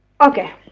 okay